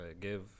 give